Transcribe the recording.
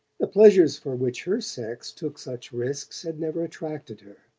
the pleasures for which her sex took such risks had never attracted her,